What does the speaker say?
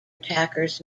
attackers